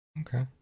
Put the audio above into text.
Okay